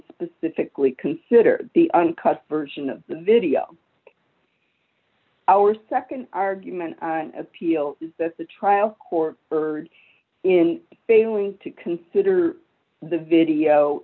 specifically considered the uncut version of the video our nd argument on appeal is that the trial court heard in failing to consider the video